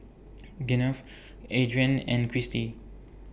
Gwyneth Adrianne and Cristi